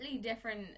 different